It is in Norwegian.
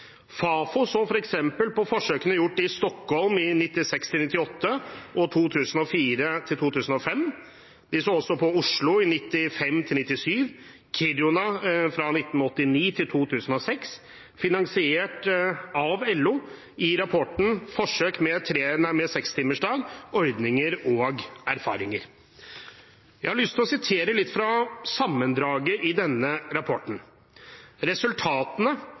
Fafo har f.eks. sett på forsøkene gjort i Stockholm fra 1996 til 1998 og fra 2004 til 2005, i Oslo fra 1995 til 1997 og i Kiruna fra 1989 til 2006, i rapporten «Forsøk med 6-timersdag – ordninger og erfaringer», finansiert av LO. Jeg har lyst til å sitere litt fra sammendraget i denne rapporten.